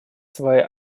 свои